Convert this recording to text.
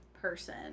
person